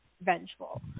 vengeful